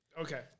Okay